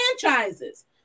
franchises